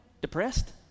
depressed